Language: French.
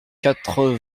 quatre